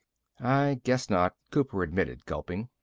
i guess not, cooper admitted, gulping.